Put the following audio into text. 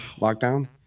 lockdown